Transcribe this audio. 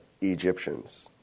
Egyptians